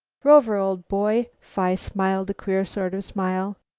rover, old boy, phi smiled a queer sort of smile,